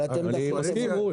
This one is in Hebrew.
אבל אתם דחיתם את זה.